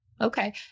Okay